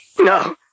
No